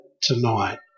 tonight